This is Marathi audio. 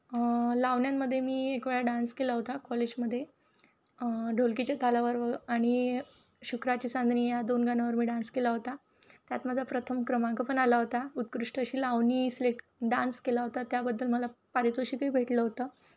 लावण्यांमध्ये मी एक वेळा डान्स केला होता कॉलेजमध्ये ढोलकीच्या तालावर व आणि शुक्राची चांदणी या दोन गाण्यांवर मी डान्स केला होता त्यात माझा प्रथम क्रमांक पण आला होता उत्कृष्ट अशी लावणी सिलेक् डान्स केला होता त्याबद्दल मला पारितोषिकही भेटलं होतं